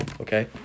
Okay